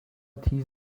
تیز